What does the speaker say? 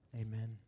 amen